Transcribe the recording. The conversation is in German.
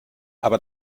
aber